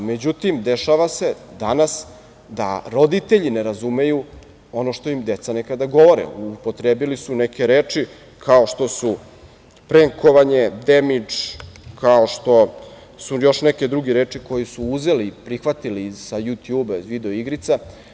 Međutim, dešava se danas da roditelji ne razumeju ono što im deca nekada govore, upotrebili su neke reči kao što su prenkovanje, demidž, kao što su još neke druge reči koje su uzeli i prihvatili sa Jutjuba i video igrica.